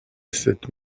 cette